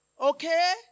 Okay